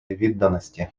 відданості